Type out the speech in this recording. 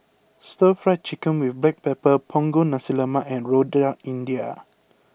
Stir Fried Chicken with Black Pepper Punggol Nasi Lemak and Rojak India